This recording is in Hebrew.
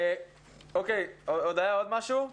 זאת בדיוק המהות.